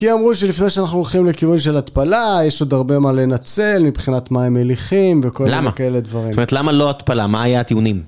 כי אמרו שלפני שאנחנו הולכים לכיוון של התפלה, יש עוד הרבה מה לנצל מבחינת מים מליחים וכל מיני כאלה דברים. למה? זאת אומרת, למה לא התפלה? מה היה הטיעונים?